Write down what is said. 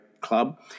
club